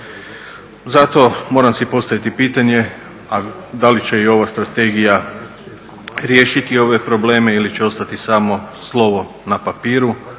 Zato moram si postaviti pitanje da li će i ova strategija riješiti ove probleme ili će ostati samo slovo na papiru,